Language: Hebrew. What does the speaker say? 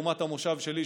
לעומת המושב שלי,